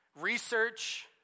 research